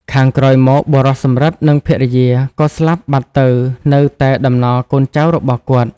ខាងក្រោយមក បុរសសំរិទ្ធ និង ភរិយា ក៏ស្លាប់បាត់ទៅនៅតែតំណកូនចៅរបស់គាត់ ។